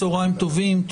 צהריים טובים,